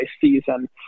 season